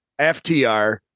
FTR